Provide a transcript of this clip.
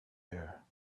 here